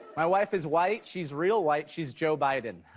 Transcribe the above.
my wife is white, she's real white, she's joe biden.